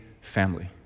family